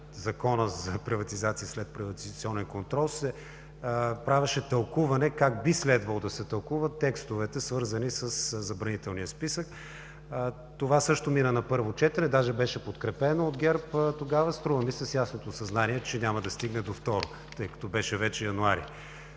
Закона за приватизация и следприватизационен контрол, как би следвало да се тълкуват текстовете, свързани със забранителния списък. Това също мина на първо четене дори беше подкрепено от ГЕРБ тогава, струва ми се, с ясното съзнание, че няма да стигне до второ четене, тъй като беше месец януари.